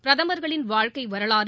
பிரதமர்களின் வாழ்க்கை வரலாறு